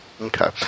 Okay